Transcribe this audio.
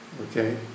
Okay